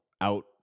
out